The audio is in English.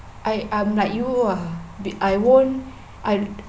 I I'm like you ah I won't I